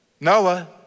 Noah